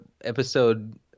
episode